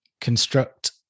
construct